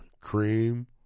Cream